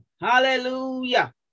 Hallelujah